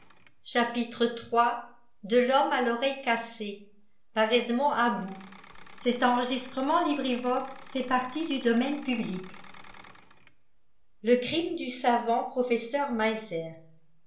iii le crime du savant professeur